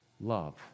Love